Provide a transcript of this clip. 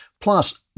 plus